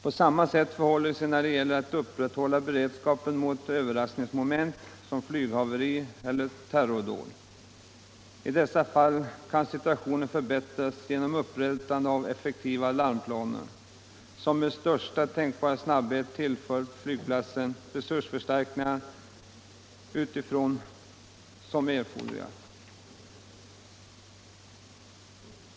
På samma sätt förhåller det sig när det gäller att upprätthålla beredskap mot överraskningsmoment, såsom flyghaverier eller terrordåd. I dessa fall kan situationen förbättras genom upprättandet av effektiva larmplaner, som med största tänkbara snabbhet tillför flygplatsen erforderliga resursförstärkningar.